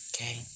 Okay